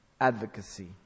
advocacy